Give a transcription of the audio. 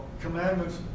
commandments